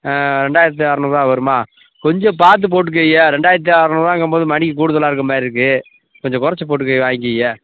ஆ ரெண்டாயிரத்து அறநூறுரூவா வருமா கொஞ்சம் பார்த்து போட்டுகய்யா ரெண்டாயிரத்து அறநூறுரூவாங்கும்போது மணிக்கு கூடுதலாக இருக்கற மாதிரி இருக்குது கொஞ்சம் குறைச்சி போட்டுக்கங்க வாங்கிங்கய்யா